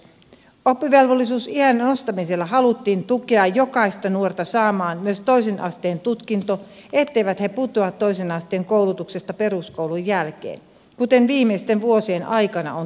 oppivelvollisuusiän nostamisella haluttiin tukea jokaista nuorta saamaan myös toisen asteen tutkinto etteivät he putoa toisen asteen koulutuksesta peruskoulun jälkeen kuten viimeisten vuosien aikana on tapahtunut